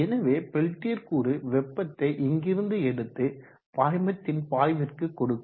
எனவே பெல்டியர் கூறு வெப்பத்தை இங்கிருந்து எடுத்து பாய்மத்தின் பாய்விற்கு கொடுக்கும்